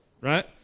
Right